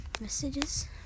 messages